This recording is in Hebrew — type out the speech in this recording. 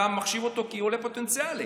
אתה מחשיב אותו לעולה פוטנציאלי.